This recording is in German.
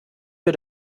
für